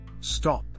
Stop